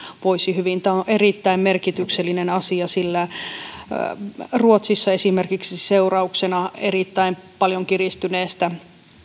voisi hyvin tämä on erittäin merkityksellinen asia sillä esimerkiksi ruotsissa seurauksena erittäin paljon kiristyneestä